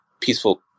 peaceful